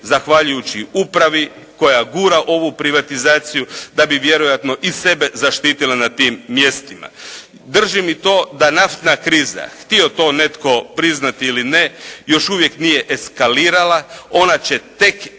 zahvaljujući upravi koja gura ovu privatizaciju da bi vjerojatno i sebe zaštitila na tim mjestima. Držim i to naftna kriza htio to netko priznati ili ne, još uvijek eskalirala, ona će tek eskalirati,